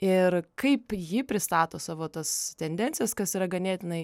ir kaip ji pristato savo tas tendencijas kas yra ganėtinai